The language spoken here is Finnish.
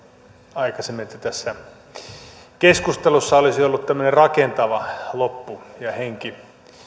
aikaisemmin että tässä keskustelussa olisi ollut tämmöinen rakentava loppu ja henki